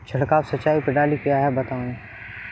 छिड़काव सिंचाई प्रणाली क्या है बताएँ?